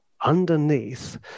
underneath